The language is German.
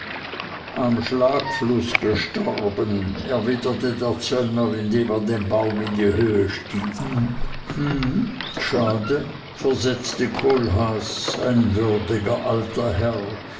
am schlagfluß gestorben erwiderte der zöllner indem er den baum in die höhe ließ hm schade versetzte kohlhaas ein würdiger alter herr